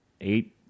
eight